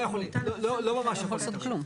הוא לא ממש יכול כלום.